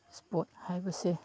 sport ꯍꯥꯏꯕꯁꯦ